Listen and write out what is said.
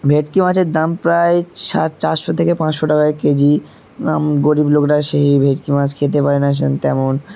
ভেটকি মাছের দাম প্রায় সা চারশো থেকে পাঁচশো টাকায় কেজি গরিব লোকরা সেই ভেটকি মাছ খেতে পারে না তেমন